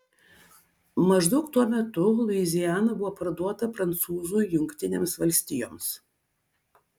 maždaug tuo metu luiziana buvo parduota prancūzų jungtinėms valstijoms